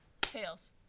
Tails